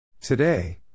Today